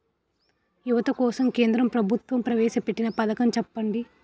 యువత కోసం కేంద్ర ప్రభుత్వం ప్రవేశ పెట్టిన పథకం చెప్పండి?